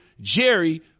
Jerry